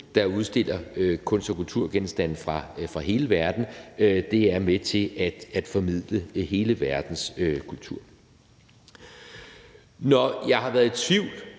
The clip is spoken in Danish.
der udstiller kunst- og kulturgenstande fra hele verden. Det er med til at formidle hele verdens kultur. Når jeg har været i tvivl